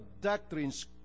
doctrines